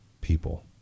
people